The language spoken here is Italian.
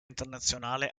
internazionale